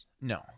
No